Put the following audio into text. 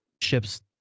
ships